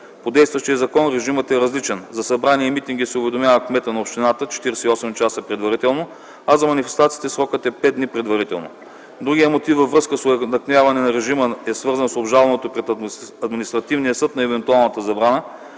По действащия закон режимът е различен – за събрания и митинги се уведомява кметът на общината 48 часа предварително, а за манифестациите срокът е 5 дни предварително. Другият мотив във връзка с уеднаквяването на режима е свързан с обжалването пред Административния съд на евентуална забрана,